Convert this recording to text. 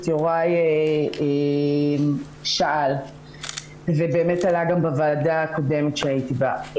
יוראי שאל ובאמת זה עלה גם בוועדה הקודמת שהייתי בה.